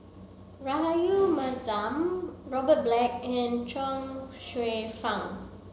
Rahayu Mahzam Robert Black and Chuang Hsueh Fang